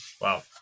Wow